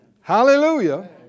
Hallelujah